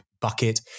bucket